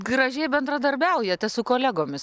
gražiai bendradarbiaujate su kolegomis